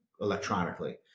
electronically